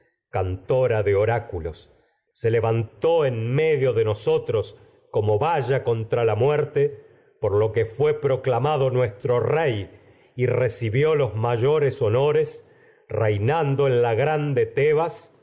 cantora oráculos se levantó medio de nosotros como valla contra la muerte por lo que fué proclamado nuestro rey y recibió los mayores honores reinando en la grande tebas